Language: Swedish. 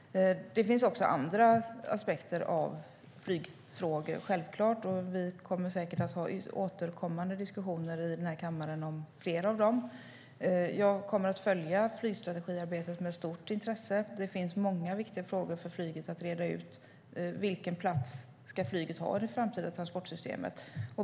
Det finns såklart andra aspekter av flygfrågor. Vi kommer säkert att ha återkommande diskussioner i den här kammaren om flera av dem. Jag kommer att följa flygstrategiarbetet med stort intresse. Det finns många viktiga frågor för flyget att reda ut. Vilken plats ska flyget ha i det framtida transportsystemet?